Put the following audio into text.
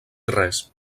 res